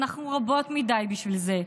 אנחנו רבות מדי בשביל זה,